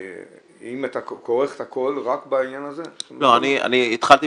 כמשרד אתה לוקח לעצמך את האחריות, אתה חושב